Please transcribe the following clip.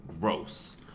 gross